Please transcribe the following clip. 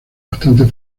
bastante